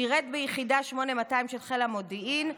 שירת ביחידת 8200 של חיל המודיעין,